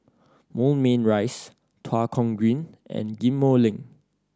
Moulmein Rise Tua Kong Green and Ghim Moh Link